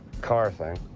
car thing.